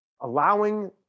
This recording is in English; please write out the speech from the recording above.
allowing